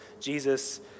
Jesus